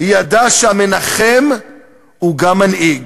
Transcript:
שהמנחם הוא גם מנהיג,